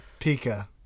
pika